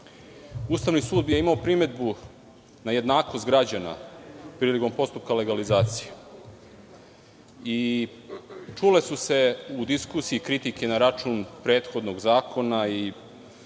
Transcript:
sud je imao primedbu na jednakost građana prilikom postupka legalizacije. Čule su se u diskusiji kritike na račun prethodnog zakona i čule su